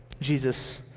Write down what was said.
Jesus